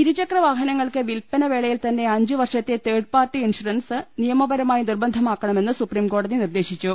ഇരുചക്ര വാഹനങ്ങൾക്ക് വില്പന് വേളയിൽതന്നെ അഞ്ച് വർഷ ത്തെ തേർഡ് പാർട്ടി ഇൻഷൂറൻസ് നിയമപരമായി നിർബന്ധമാക്കണ മെന്ന് സുപ്രീംകോടതി നിർദ്ദേശിച്ചു